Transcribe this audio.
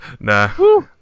Nah